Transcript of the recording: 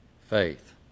faith